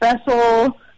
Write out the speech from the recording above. special